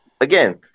Again